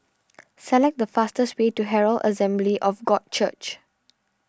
select the fastest way to Herald Assembly of God Church